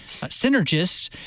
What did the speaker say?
synergists